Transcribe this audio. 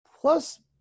plus